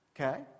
Okay